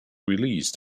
released